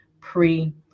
pre